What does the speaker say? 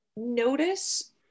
Notice